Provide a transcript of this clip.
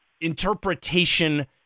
interpretation